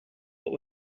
what